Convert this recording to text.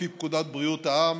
לפי פקודת בריאות העם,